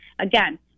again